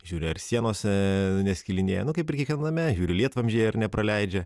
žiūri ar sienose neskilinėja nu kaip ir kiekviename žiūri lietvamzdžiai ar nepraleidžia